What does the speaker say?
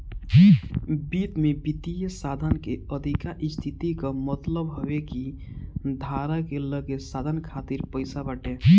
वित्त में वित्तीय साधन के अधिका स्थिति कअ मतलब हवे कि धारक के लगे साधन खातिर पईसा बाटे